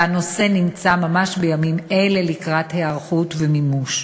והנושא נמצא ממש בימים אלה לקראת היערכות ומימוש.